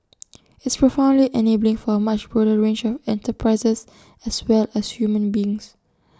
it's profoundly enabling for A much broader range of enterprises as well as human beings